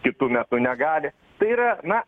kitu metu negali tai yra na